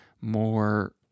more